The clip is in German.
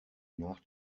nach